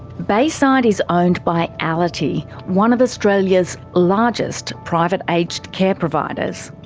bayside is owned by allity, one of australia's largest private aged care providers.